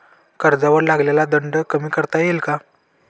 कर्जावर लागलेला दंड कमी करता येईल का?